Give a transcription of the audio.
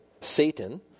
Satan